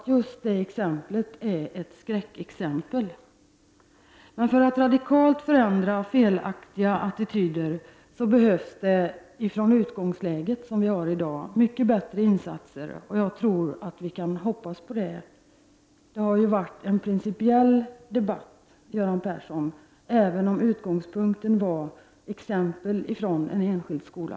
Just det exemplet är ett skräckexempel. Men för att radikalt ändra felaktiga attityder behövs med det utgångsläge som vi har i dag mycket bättre insatser. Vi kan hoppas på det. Det här har varit en principiell debatt, Göran Persson, även om utgångspunkten var exempel från en enskild skola.